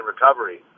recovery